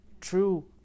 true